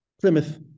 Plymouth